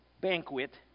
banquet